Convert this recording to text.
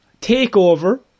takeover